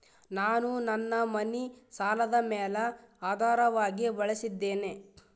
ನಾನು ನನ್ನ ಮನಿ ಸಾಲದ ಮ್ಯಾಲ ಆಧಾರವಾಗಿ ಬಳಸಿದ್ದೇನೆ